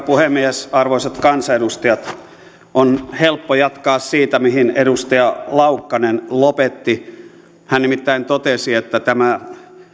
puhemies arvoisat kansanedustajat on helppo jatkaa siitä mihin edustaja laukkanen lopetti hän nimittäin totesi että tämä